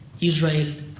Israel